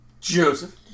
Joseph